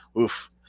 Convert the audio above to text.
oof